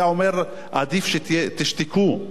היה אומר: עדיף שתשתקו,